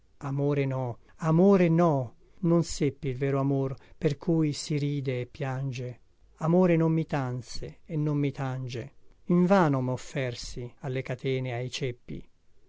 amore no amore no non seppi il vero amor per cui si ride e piange amore non mi tanse e non mi tange invan moffersi alle catene e ai ceppi